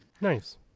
Nice